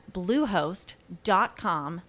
bluehost.com